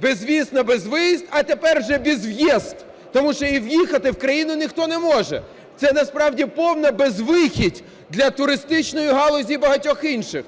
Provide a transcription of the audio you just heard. Безвіз на безвиїз, а тепер вже "безв'єзд", тому що і в'їхати в країну ніхто не може. Це насправді повна безвихідь для туристичної галузі і багатьох інших.